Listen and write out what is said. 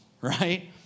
right